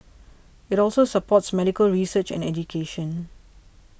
it also supports medical research and education